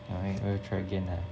I go try again lah